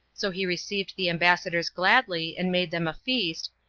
so he received the ambassadors gladly, and made them a feast,